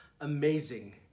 amazing